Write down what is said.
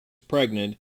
pregnant